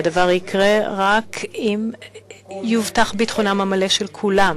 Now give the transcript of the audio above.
והדבר יקרה רק אם יובטח ביטחונם המלא של כולם,